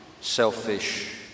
selfish